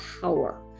power